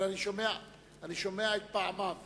אני שומע את פעמיו.